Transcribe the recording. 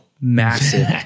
massive